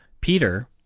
Peter